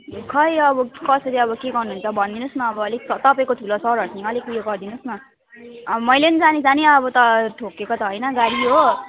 खोइ अब कसरी अब के गर्नु हुन्छ भनिदिनु होस् न अब अलिक तपाईँको ठुलो सरहरूसँग अलिक उयो गरिदिनु होस् न अब मैले पनि जानी जानी अब त ठोकेको त होइन गाडी हो